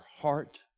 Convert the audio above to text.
heart